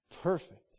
perfect